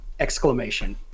Exclamation